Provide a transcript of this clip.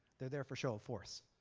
there there for show of force.